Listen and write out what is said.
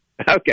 Okay